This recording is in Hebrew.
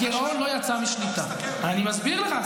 הגירעון לא יצא משליטה, אני מסביר לך.